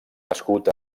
nascut